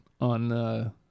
on